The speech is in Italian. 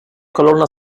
colonna